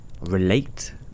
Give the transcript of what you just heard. relate